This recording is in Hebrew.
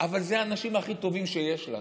אבל אלה האנשים הכי טובים שיש לנו.